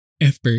effort